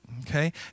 okay